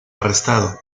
arrestado